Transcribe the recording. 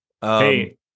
Hey